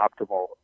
optimal